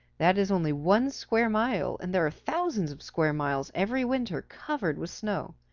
that is only one square mile, and there are thousands of square miles every winter covered with snow.